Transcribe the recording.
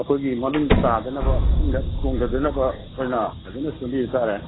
ꯑꯩꯈꯣꯏꯒꯤ ꯃꯅꯨꯡꯗ ꯇꯥꯗꯅꯕ ꯏꯁꯤꯡꯗ ꯆꯣꯡꯗꯗꯅꯕ ꯑꯩꯈꯣꯏꯅ ꯐꯖꯅ ꯁꯦꯝꯕꯤꯕ ꯇꯥꯔꯦ